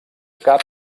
cap